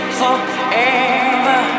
forever